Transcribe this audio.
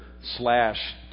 slash